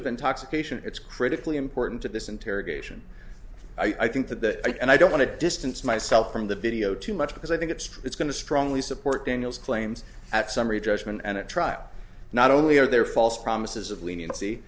of intoxication it's critically important to this interrogation i think the and i don't want to distance myself from the video too much because i think it's it's going to strongly support daniel's claims at summary judgment and at trial not only are there false promises of leniency